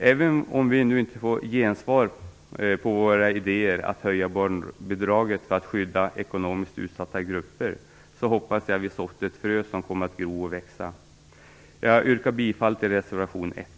Även om vi nu inte får gensvar för våra idéer om att höja barnbidraget för att skydda ekonomiskt utsatta grupper, hoppas jag att vi sått ett frö som kommer att gro och växa. Jag yrkar bifall till reservation 1.